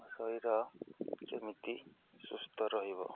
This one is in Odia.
ମୋ ଶରୀର କେମିତି ସୁସ୍ଥ ରହିବ